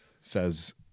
Says